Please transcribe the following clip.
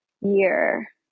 year